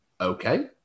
okay